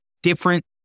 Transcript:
different